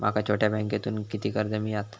माका छोट्या बँकेतून किती कर्ज मिळात?